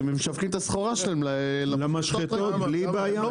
ומשווקים את הסחורה שלהם למשחטות בלי בעיה.